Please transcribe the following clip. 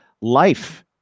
life